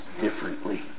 differently